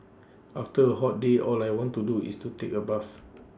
after A hot day all I want to do is to take A bath